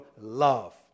love